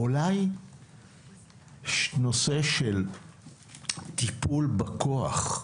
אולי נושא של טיפול בכוח,